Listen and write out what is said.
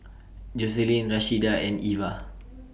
Joselin Rashida and Iva